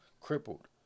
crippled